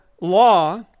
law